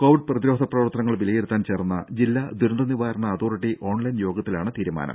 Covid പ്രതിരോധ പ്രവർത്തനങ്ങൾ വിലയിരുത്താൻ ചേർന്ന ജില്ലാ ദുരന്തനിവാരണ അതോറിറ്റി ഓൺലൈൻ യോഗത്തിലാണ് തീരുമാനം